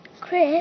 Chris